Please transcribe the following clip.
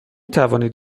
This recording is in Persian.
توانید